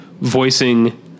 voicing